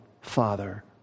Father